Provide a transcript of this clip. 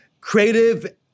creative